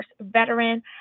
veteran